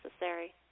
necessary